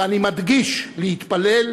ואני מדגיש: להתפלל,